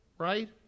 right